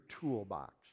toolbox